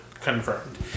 confirmed